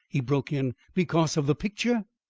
he broke in. because of the picture?